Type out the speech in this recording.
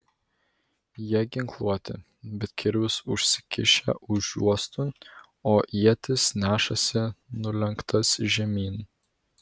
jie ginkluoti bet kirvius užsikišę už juostų o ietis nešasi nulenktas žemyn